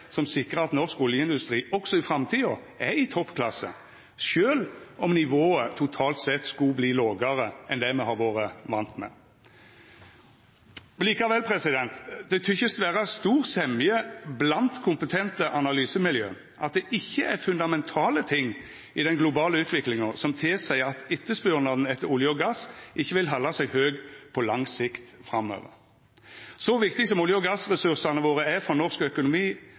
som sikrar at norsk oljeindustri også i framtida er i toppklasse, sjølv om nivået totalt sett skulle verta lågare enn det me har vore vande med. Det tykkjast vera stor semje blant kompetente analysemiljø om at det ikkje er fundamentale ting i den globale utviklinga som tilseier at etterspurnaden etter olje og gass ikkje vil halda seg høg på lang sikt framover. Så viktig som olje- og gassressursane våre er for norsk økonomi